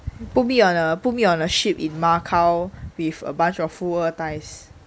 put me on a put me on a ship in macau with a bunch of 富二代